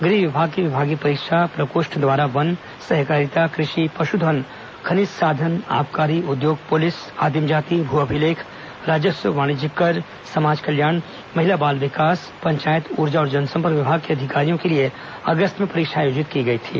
गृह विभाग के विभागीय परीक्षा प्रकोष्ठ द्वारा वन सहकारिता कृषि पश्धन खनिज साधन आबकारी उद्योग पुलिस आदिमजाति भू अभिलेख राजस्व वाणिज्यिक कर समाज कल्याण महिला बाल विकास पंचायत ऊर्जा और जनसम्पर्क विभाग के अधिकारियों के लिए अगस्त में परीक्षा आयोजित की गई थी